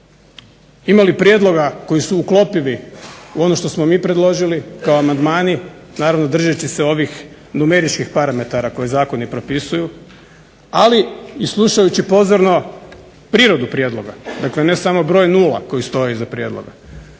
ima li prijedloga koji su uklopivi u ono što smo mi uklopili kao amandmani naravno držeći se ovih numeričkih parametara koje zakoni propisuju. Ali i slušajući pozorno prirodu prijedloga, dakle ne samo broj nula koji stoji iza prijedloga.